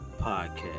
Podcast